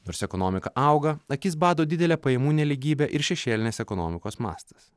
nors ekonomika auga akis bado didelė pajamų nelygybė ir šešėlinės ekonomikos mastas